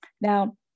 Now